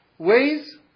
Ways